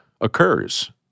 occurs